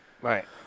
Right